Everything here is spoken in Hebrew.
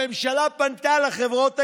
הממשלה פנתה לחברות הישראליות,